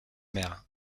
mère